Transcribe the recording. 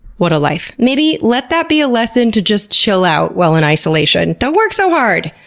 what a life. maybe, let that be a lesson to just chill out while in isolation. don't work so hard!